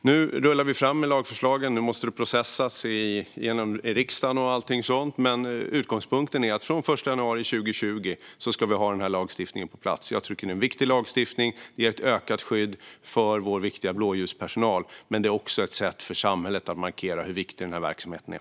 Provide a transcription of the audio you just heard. Fru talman! Nu rullar vi fram lagförslagen. Sedan måste de processas i riksdagen och allt sådant, men utgångspunkten är att vi från den 1 januari 2020 ska ha denna lagstiftning på plats. Jag tycker att det är en viktig lagstiftning som ger ett ökat skydd för vår viktiga blåljuspersonal. Men det är också ett sätt för samhället att markera hur viktig denna verksamhet är.